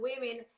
women